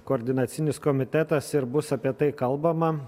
koordinacinis komitetas ir bus apie tai kalbama